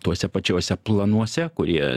tuose pačiose planuose kurie